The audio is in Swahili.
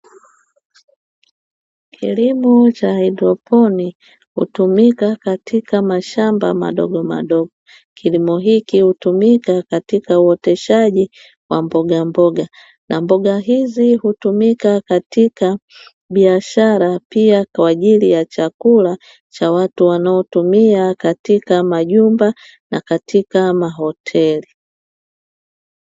Kilimo cha haidroponi hutumika katika mashamba madogo madogo. Kilimo hiki hutumika katika uotesheji wa mboga, mboga hizi hutumika katika biashara pia, kwa ajili ya chakula cha watu, wanaotumia katika majumba na katika mahoteli.